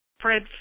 Fred